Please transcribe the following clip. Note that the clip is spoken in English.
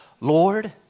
Lord